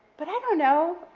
but i don't know.